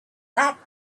that